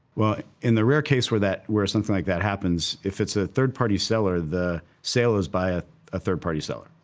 well, in the rare case where that, where something like that happens if it's a third-party seller, the sale is by ah a third-party seller,